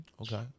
Okay